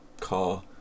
car